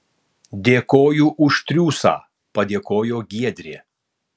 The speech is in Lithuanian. dėkoju už triūsą padėkojo giedrė